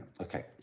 Okay